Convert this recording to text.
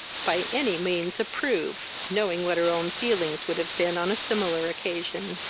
by any means approve, knowing what her own feelings would have been on a similar occasion.